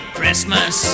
Christmas